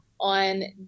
on